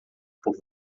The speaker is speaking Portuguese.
por